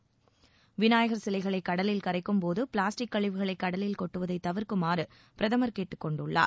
கடலில் விநாயகர் சிலைகளை கரைக்கும் போது பிளாஸ்டிக் கழிவுகளை கடலில் கொட்டுவதை தவிர்க்குமாறு பிரதமர் கேட்டுக் கொண்டுள்ளார்